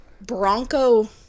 bronco